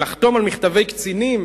ולחתום על מכתבי קצינים